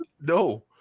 No